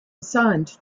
assigned